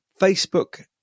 Facebook